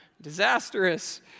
disastrous